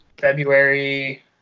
February